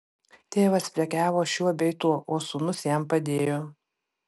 tėvas prekiavo šiuo bei tuo o sūnus jam padėjo